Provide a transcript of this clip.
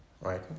Right